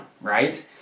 right